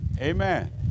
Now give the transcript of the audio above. Amen